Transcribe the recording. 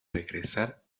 regresar